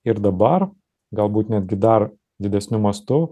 ir dabar galbūt netgi dar didesniu mastu